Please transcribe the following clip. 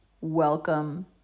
Welcome